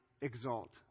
exalt